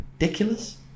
ridiculous